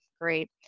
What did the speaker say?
great